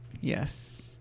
Yes